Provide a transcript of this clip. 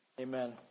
Amen